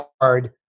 hard